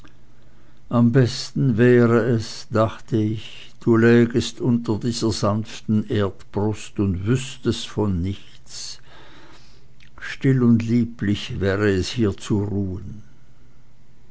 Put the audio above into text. am besten wäre es dachte ich du lägest unter die ser sanften erdbrust und wüßtest von nichts still und lieblich wäre es hier zu ruhen